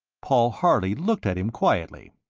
paul harley looked at him quietly.